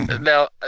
Now